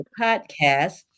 Podcast